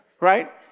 Right